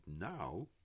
now